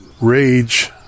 rage